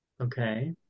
Okay